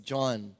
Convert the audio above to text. John